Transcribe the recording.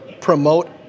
promote